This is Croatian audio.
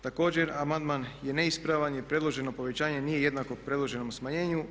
Također, amandman je neispravan jer predloženo povećanje nije jednako predloženom smanjenju.